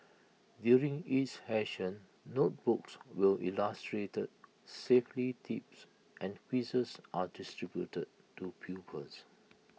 during each session notebooks with illustrated safety tips and quizzes are distributed to pupils